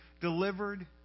delivered